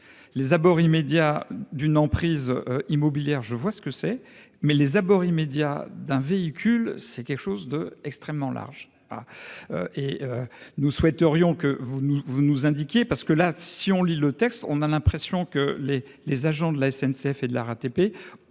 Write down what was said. Les abords immédiats d'une emprise immobilière, je vois ce que c'est mais les abords immédiats d'un véhicule c'est quelque chose de extrêmement large. Ah. Et nous souhaiterions que vous nous vous nous indiquiez parce que là si on lit le texte, on a l'impression que les, les agents de la SNCF et de la RATP